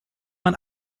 man